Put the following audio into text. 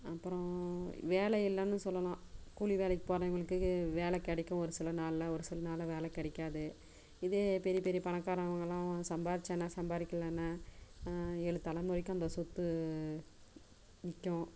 அப்புறம் வேலையில்லைனு சொல்லலாம் கூலி வேலைக்குப் போகிறவங்களுக்கு வேலை கிடைக்க ஒரு சில நாளில் ஒரு சில நாள் வேலை கிடைக்காது இதே பெரி பெரிய பணக்காரங்களாம் சம்பாரித்தா என்ன சம்பாதிக்கலனா ஏழு தலைமுறைக்கும் அந்தச் சொத்து நிற்கும்